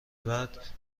بعد